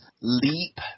leap